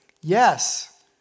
Yes